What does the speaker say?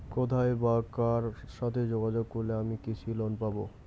কোথায় বা কার সাথে যোগাযোগ করলে আমি কৃষি লোন পাব?